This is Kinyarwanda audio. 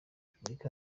repubulika